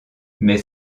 mais